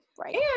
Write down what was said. right